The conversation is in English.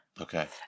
Okay